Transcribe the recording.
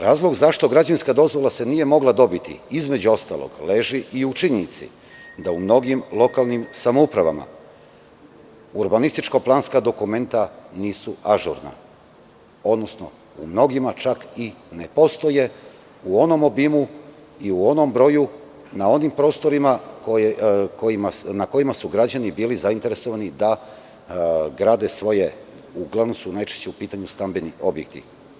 Razlog zašto se građevinska dozvola nije mogla dobiti, između ostalog, leži i u činjenici da u mnogim lokalnim samoupravama urbanističko-planska dokumenta nisu ažurna, odnosno u mnogima čak i ne postoje u onom obimu i u onom broju, na onim prostorima na kojima su građani bili zainteresovani da grade svoje, uglavnom su najčešće u pitanju stambeni objekti.